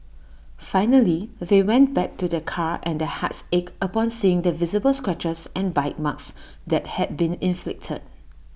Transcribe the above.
finally they went back to their car and their hearts ached upon seeing the visible scratches and bite marks that had been inflicted